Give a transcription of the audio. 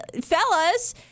fellas